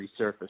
resurface